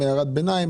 בהערת ביניים,